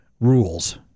rules